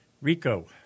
RICO